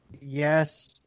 Yes